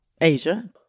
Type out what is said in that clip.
Asia